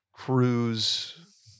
Cruise